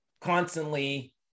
constantly